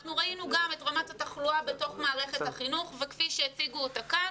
אנחנו ראינו גם את רמת התחלואה בתוך מערכת החינוך וכפי שהציגו אותה כאן,